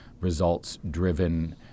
results-driven